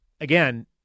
again